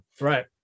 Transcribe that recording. Right